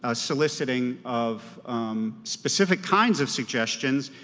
ah soliciting of specific kinds of suggestions,